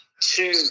two